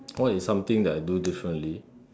what is something that I do differently